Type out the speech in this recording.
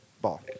ball